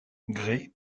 grès